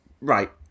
Right